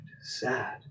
Sad